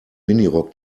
minirock